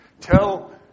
Tell